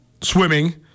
swimming